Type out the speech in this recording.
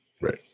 Right